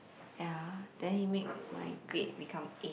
ya then he made my grade become A